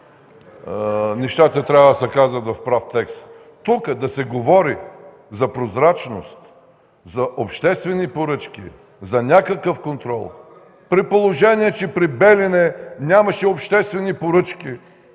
нещата трябва да се казват в прав текст. (Шум и реплики отляво.) Тук да се говори за прозрачност, за обществени поръчки, за някакъв контрол, при положение че при „Белене” нямаше обществени поръчки,